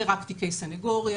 זה רק תיקי סנגוריה,